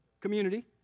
community